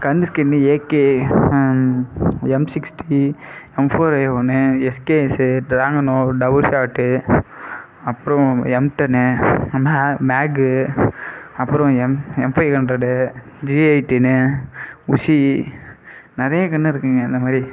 gun skin AK M sixty M four A ஒன்னு SKS Dragunov double shot அப்புறம் M ten mag அப்பறம் M M five hundred G eighteen Uzi நிறையா gun இருக்குங்க இந்த மாதிரி